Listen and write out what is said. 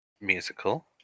musical